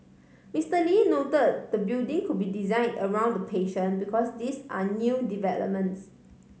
Mister Lee note the building could be design around the patient because these are new developments